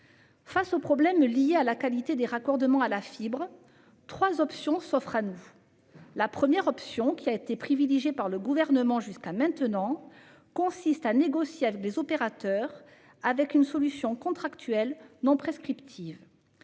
Face aux problèmes liés à la qualité des raccordements à la fibre, trois options s'offrent à nous. La première, privilégiée par le Gouvernement jusqu'à maintenant, consiste à négocier avec les opérateurs une solution contractuelle non prescriptive.